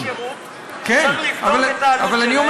אנחנו מדברים על יחידות שירות שצריך לבדוק את הטענות שלהן,